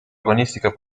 agonistica